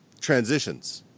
transitions